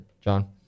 John